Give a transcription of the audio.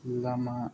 लामा